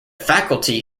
faculty